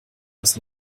das